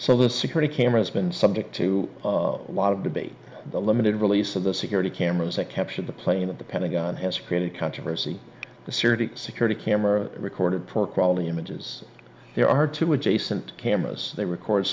so the security cameras been subject to a lot of debate the limited release of the security cameras that captured the plane at the pentagon has created controversy the city security camera recorded for quality images there are two adjacent cameras they record